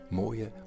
mooie